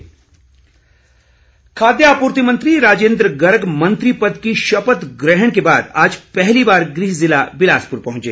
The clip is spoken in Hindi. स्वागत खाद्य आपूर्ति मंत्री राजेन्द्र गर्ग मंत्री पद की शपथ ग्रहण के बाद आज पहली बार गृह ज़िला बिलासपुर पहुंचे